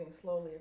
slowly